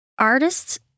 Artists